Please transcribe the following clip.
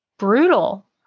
brutal